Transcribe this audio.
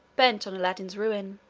bent on aladdin's ruin.